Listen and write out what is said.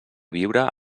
viure